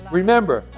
remember